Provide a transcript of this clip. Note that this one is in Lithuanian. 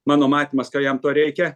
mano matymas ka jam to reikia